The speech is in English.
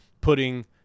putting